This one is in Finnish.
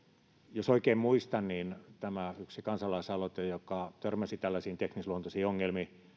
jos oikein muistan niin tämä yksi kansalaisaloite joka törmäsi tällaisiin teknisluontoisiin ongelmiin